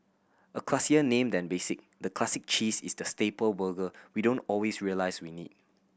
a classier name than basic the Classic Cheese is the staple burger we don't always realise we need